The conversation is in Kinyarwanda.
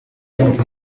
iramutse